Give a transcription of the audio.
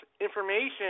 information